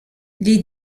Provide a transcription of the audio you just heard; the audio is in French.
les